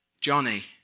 Johnny